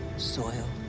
soil,